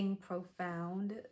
profound